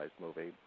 movie